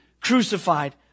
crucified